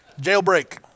Jailbreak